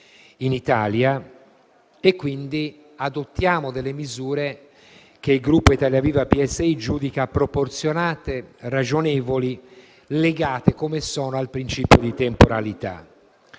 di Paesi e adottiamo misure che il Gruppo Italia Viva-PSI giudica proporzionate e ragionevoli, legate - come sono - al principio di temporalità.